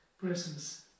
presence